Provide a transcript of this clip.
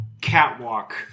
catwalk